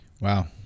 wow